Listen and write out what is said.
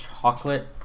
chocolate